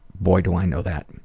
boy do i know that.